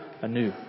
anew